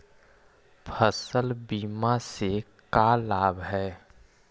फसल बीमा से का लाभ है?